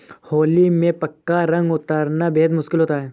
होली में पक्का रंग उतरना बेहद मुश्किल होता है